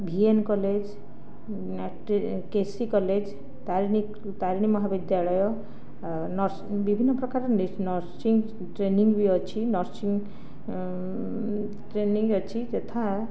ଭି N college K C college Tarini Mahavidyalaya ବିଭିନ୍ନ ପ୍ରକାର nursing training ବି ଅଛି ନର୍ସିଂ ଟ୍ରେନିଂ ଅଛି ଯଥା